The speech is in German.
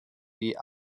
die